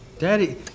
Daddy